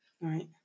right